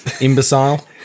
Imbecile